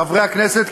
חברי הכנסת,